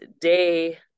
day